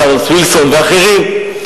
צ'רלס וילסון ואחרים,